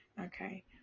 okay